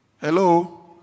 Hello